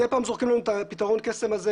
מדי פעם זורקים לנו את פתרון הקסם הזה,